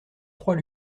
trois